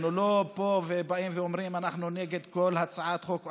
אנחנו לא באים ואומרים: אנחנו נגד כל הצעת חוק.